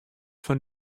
fan